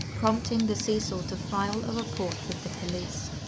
prompting the cecil to file a report with the police.